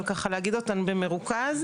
אבל להגיד אותן במרוכז.